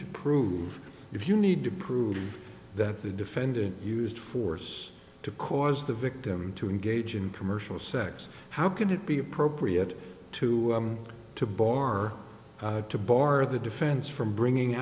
to prove if you need to prove that the defendant used force to cause the victim to engage in commercial sex how can it be appropriate to to bar to bar the defense from bringing